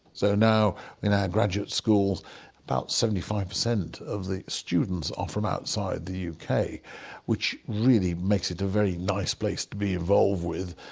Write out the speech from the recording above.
so now in our graduate schools about seventy five percent of the students are from outside the uk, which really makes it a very nice place to be involved with,